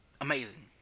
Amazing